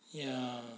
yeah